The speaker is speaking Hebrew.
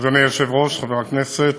אדוני היושב-ראש, חבר הכנסת,